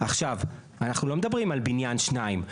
עכשיו, אנחנו לא מדברים על בניין שניים.